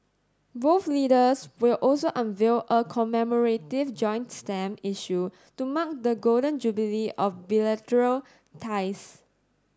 both leaders will also unveil a commemorative joint stamp issue to mark the Golden Jubilee of bilateral ties